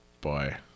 Boy